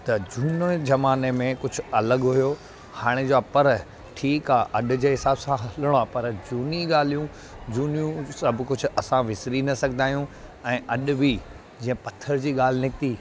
त झूने ज़माने में कुझु अलॻि हुयो हाणे जा पर ठीकु आहे अॼु जे हिसाब सां हलिणो आहे पर झूनी ॻाल्हियूं झूनियूं सभु कुझु असां विसिरी न सघंदा आहियूं ऐं अॼु बि जीअं पथर जी निकिती